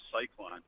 cyclone